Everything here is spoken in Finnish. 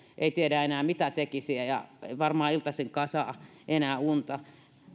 ei tiedä enää mitä tekisi ja ja ei varmaan iltaisinkaan saa enää unta